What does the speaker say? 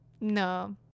No